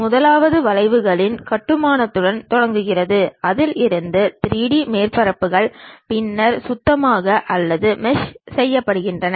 முதலாவது வளைவுகளின் கட்டுமானத்துடன் தொடங்குகிறது அதில் இருந்து 3D மேற்பரப்புகள் பின்னர் சுத்தமாக அல்லது மெஷ் செய்யப்பட்டன